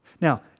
Now